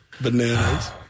Bananas